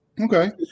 Okay